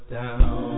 down